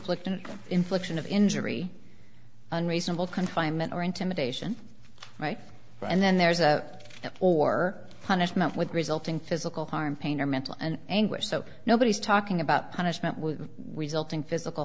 inflicting an infliction of injury on reasonable confinement or intimidation right and then there's a poor punishment with resulting physical harm pain or mental and anguish so nobody is talking about punishment with resulting physical